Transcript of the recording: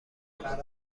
ملاقات